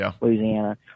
Louisiana